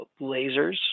lasers